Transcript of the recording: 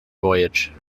voyage